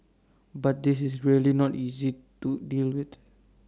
but this is really not easy to deal with